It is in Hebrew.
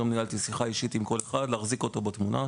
היום ניהלתי שיחה אישית עם כול אחד כדי להחזיק אותו בתמונה,